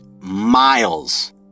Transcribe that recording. miles